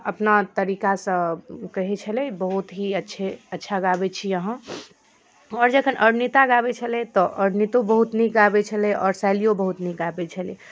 अपना तरीकासँ कहै छलै बहुत ही अच्छे अच्छा गाबै छी अहाँ आओर जखन अरुणिता गाबै छलै तऽ अरुणितो बहुत नीक गाबै छलै आओर शैलियो बहुत नीक गाबै छलै